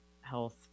health